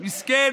מסכן,